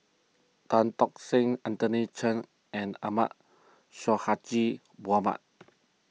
Tan Tock Seng Anthony Chen and Ahmad Sonhadji Mohamad